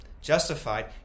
justified